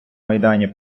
майдані